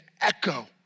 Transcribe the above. echo